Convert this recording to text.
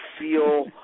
feel